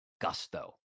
gusto